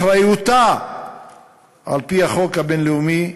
אחריותה על-פי החוק הבין-לאומי,